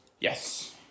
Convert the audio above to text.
Yes